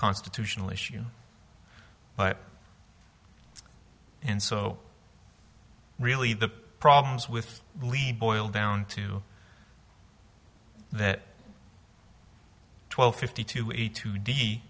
constitutional issue but and so really the problems with lead boiled down to that twelve fifty two eighty two d